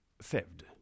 saved